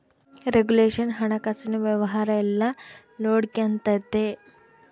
regulation ಹಣಕಾಸಿನ ವ್ಯವಹಾರ ಎಲ್ಲ ನೊಡ್ಕೆಂತತೆ